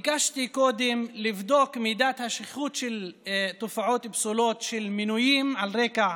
ביקשתי קודם לבדוק את מידת השכיחות של תופעות פסולות של מינויים על רקע